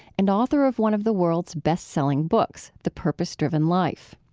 and author of one of the world's best-selling books, the purpose driven life.